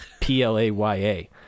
P-L-A-Y-A